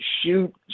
shoot